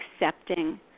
accepting